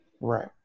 Right